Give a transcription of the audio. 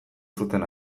zuten